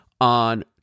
on